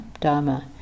Dharma